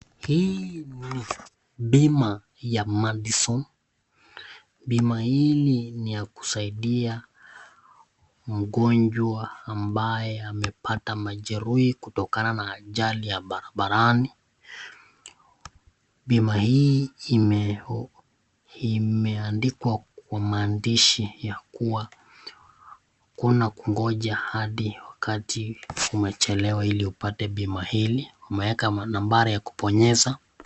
Hii ni bima ya Madison. Bima hili ni ya kusaidia mgonjwa ambaye amepata majeruhi kutokana na ajali ya barabarani. Bima hii imeandikwa kwa maandishi ya kuwa hakuna kungoja hadi wakati umechelewa ili upate bima hili. Wameeka manambari ya kubonyeza.